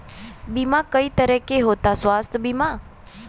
बीमा कई तरह के होता स्वास्थ्य बीमा?